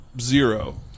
zero